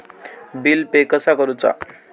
Bill pay कसा करुचा?